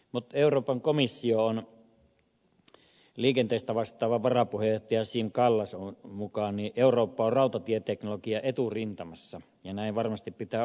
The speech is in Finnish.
mutta euroopan komission liikenteestä vastaavan varapuheenjohtajan siim kallasin mukaan eurooppa on rautatieteknologian eturintamassa ja näin varmasti pitää ollakin